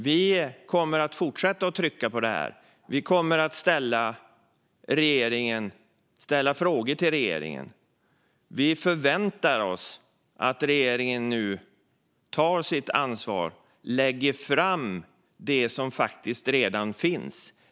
Vi kommer att fortsätta att trycka på detta. Vi kommer att ställa frågor till regeringen. Vi förväntar oss att regeringen nu tar sitt ansvar och lägger fram det som faktiskt redan finns.